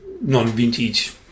non-vintage